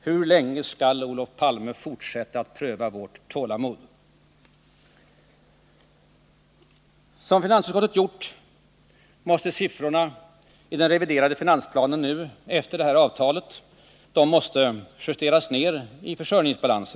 Hur länge skall du, Olof Palme, missbruka vårt tålamod? Som finansutskottet gjort, måste man nu efter det avtal som slutits justera ner siffrorna i den reviderade